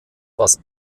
was